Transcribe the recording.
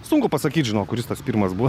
sunku pasakyt žinok kuris tas pirmas buvo